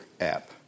app